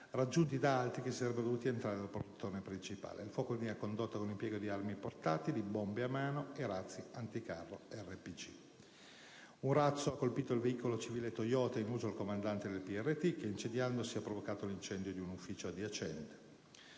raggiunti dagli altri che sarebbero dovuti entrare nel portone principale. Il fuoco veniva condotto con l'impiego di armi portatili, bombe a mano e razzi anticarro RPG. Un razzo ha colpito il veicolo civile Toyota in uso al comandante del PRT che, prendendo fuoco, ha provocato l'incendio di un ufficio adiacente.